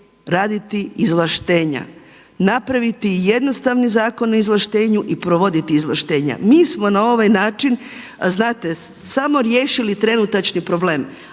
raditi izvlaštenja, napraviti jednostavni zakon o izvlaštenju i provoditi izvlaštenja. Mi smo na ovaj način samo riješili trenutačni problem,